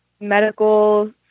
medical